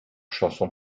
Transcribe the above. chansons